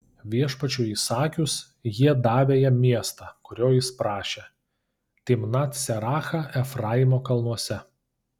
viešpačiui įsakius jie davė jam miestą kurio jis prašė timnat serachą efraimo kalnuose